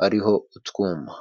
hariho utwuma.